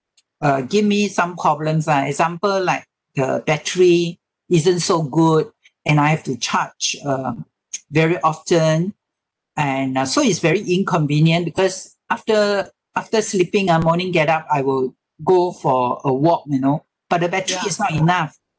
uh give me some problems lah example like the battery isn't so good and I have to charge uh very often and uh so it's very inconvenient because after after sleeping ah morning get up I will go for a walk you know but the battery is not enough